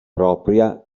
propria